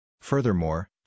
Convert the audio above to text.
Furthermore